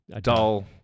Dull